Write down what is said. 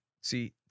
see